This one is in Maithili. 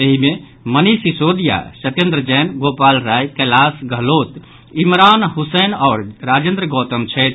एहि मे मनीष सिसोदिया सत्येन्द्र जैन गोपाल राय कैलाश गहलोत इमरान हुसैन आओर राजेन्द्र गौतम छथि